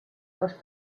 dos